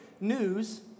news